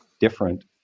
different